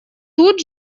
тут